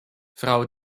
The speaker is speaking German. frau